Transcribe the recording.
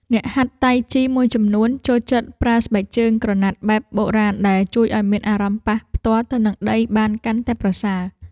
អ្នកហាត់តៃជីមួយចំនួនចូលចិត្តប្រើស្បែកជើងក្រណាត់បែបបុរាណ ដែលជួយឱ្យមានអារម្មណ៍ប៉ះផ្ទាល់ទៅនឹងដីបានកាន់តែប្រសើរ។